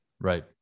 Right